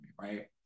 right